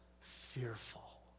fearful